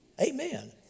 Amen